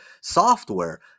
software